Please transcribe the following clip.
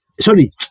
sorry